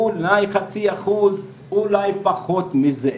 אולי חצי אחוז, אולי פחות מזה.